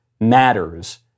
matters